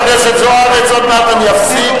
חברת הכנסת זוארץ, עוד מעט אני אפסיק.